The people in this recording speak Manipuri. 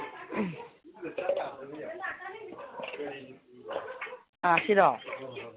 ꯑꯥ ꯁꯤꯔꯣ